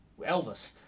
Elvis